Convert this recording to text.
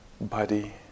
body